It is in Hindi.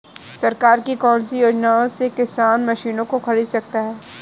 सरकार की कौन सी योजना से किसान मशीनों को खरीद सकता है?